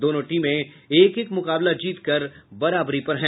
दोनों टीम एक एक मुकाबला जीत कर बराबरी पर हैं